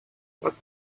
what